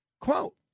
quote